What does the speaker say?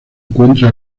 encuentra